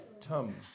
Tum